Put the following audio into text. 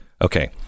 Okay